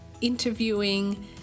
interviewing